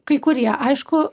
kurie aišku